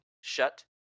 shut